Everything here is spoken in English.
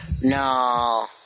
No